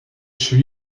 chez